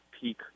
peak